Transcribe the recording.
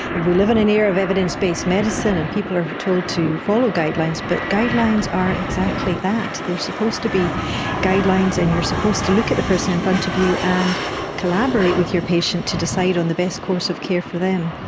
we live in an era of evidence-based medicine and people are told to follow guidelines, but guidelines are exactly that, they are supposed to be guidelines and you are supposed to look at the person in front of you and collaborate with your patient to decide on the best course of care for them.